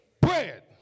bread